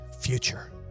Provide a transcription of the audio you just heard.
future